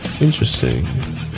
Interesting